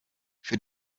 für